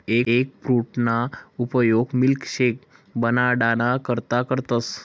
एगफ्रूटना उपयोग मिल्कशेक बनाडाना करता करतस